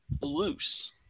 loose